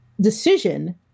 decision